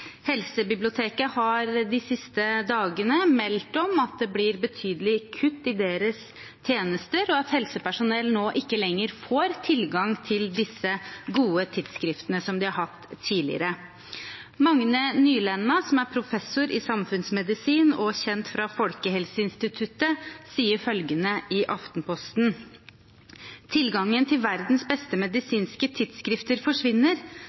Helsebiblioteket har de siste dagene meldt om at det blir betydelige kutt i deres tjenester, og at helsepersonell nå ikke lenger får tilgang til disse gode tidsskriftene, som de har hatt tidligere. Magne Nylenna, som er professor i samfunnsmedisin og kjent fra Folkehelseinstituttet, sier i Aftenposten: «Tilgangen til verdens beste medisinske tidsskrifter forsvinner.